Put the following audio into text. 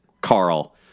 Carl